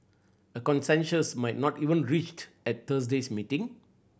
a consensus might not even reached at Thursday's meeting